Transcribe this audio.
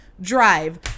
drive